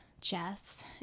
Jess